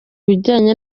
bijyanye